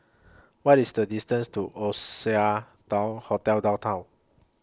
What IS The distance to Oasia Hotel Downtown